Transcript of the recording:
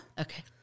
Okay